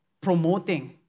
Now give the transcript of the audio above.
promoting